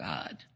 God